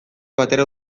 batera